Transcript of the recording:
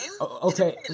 okay